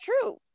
true